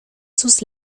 sus